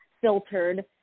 filtered